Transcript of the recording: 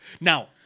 Now